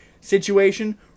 situation